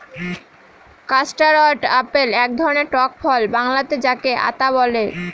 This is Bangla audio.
কাস্টারড আপেল এক ধরনের টক ফল বাংলাতে যাকে আঁতা বলে